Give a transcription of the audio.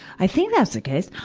i think that's the case.